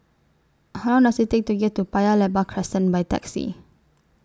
How Long Does IT Take to get to Paya Lebar Crescent By Taxi